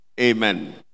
Amen